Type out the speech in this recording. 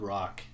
Rock